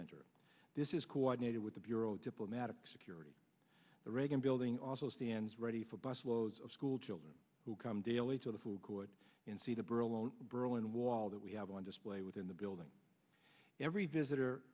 center this is coordinated with the bureau of diplomatic security the reagan building also stands ready for bus loads of schoolchildren who come daily to the food court and see the birth alone berlin wall that we have on display within the building every visitor